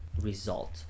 result